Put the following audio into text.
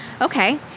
okay